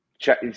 Check